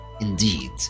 Indeed